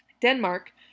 Denmark